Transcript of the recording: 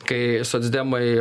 kai socdemai